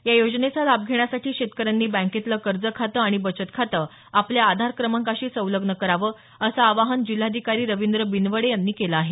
या योजनेचा लाभ घेण्यासाठी शेतकऱ्यांनी बँकेतलं कर्जखात आणि बचतखातं आपल्या आधार क्रमांकाशी संलग्न करावं असं आवाहन जिल्हाधिकारी रवींद्र बिनवडे यांनी केलं आहे